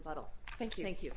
bottle thank you thank you